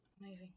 Amazing